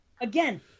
again